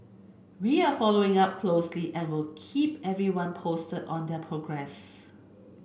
we are following up closely and will keep everyone posted on their progress